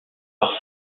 par